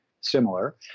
similar